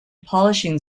polishing